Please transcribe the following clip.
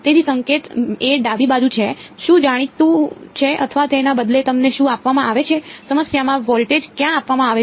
તેથી સંકેત એ ડાબી બાજુ છે શું જાણીતું છે અથવા તેના બદલે તમને શું આપવામાં આવે છે સમસ્યામાં વોલ્ટેજ ક્યાં આપવામાં આવે છે